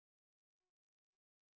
if you if you could